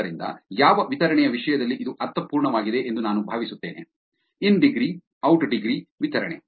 ಆದ್ದರಿಂದ ಯಾವ ವಿತರಣೆಯ ವಿಷಯದಲ್ಲಿ ಇದು ಅರ್ಥಪೂರ್ಣವಾಗಿದೆ ಎಂದು ನಾನು ಭಾವಿಸುತ್ತೇನೆ ಇನ್ ಡಿಗ್ರಿ ಔಟ್ ಡಿಗ್ರಿ ವಿತರಣೆ